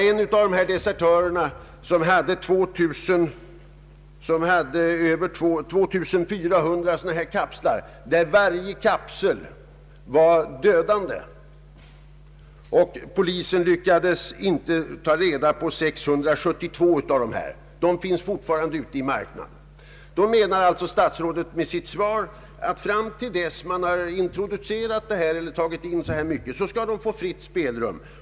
En av dessa desertörer hade över 2 400 sådana kapslar, och var och en av dessa kapslar var dödande. Polisen lyckades inte ta reda på 672 stycken av dem. De finns alltså fortfarande ute i marknaden. Nu menar tydligen statsrådet enligt svaret att fram till dess att vederbörande hunnit ta in narkotika i sådan mängd skall han få fritt spelrum.